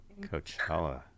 coachella